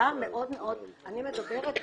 אני מדברת בשמי.